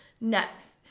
next